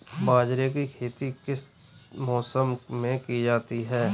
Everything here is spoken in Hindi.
बाजरे की खेती किस मौसम में की जाती है?